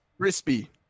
Crispy